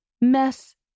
mess